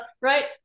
Right